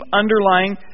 underlying